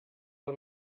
del